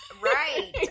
right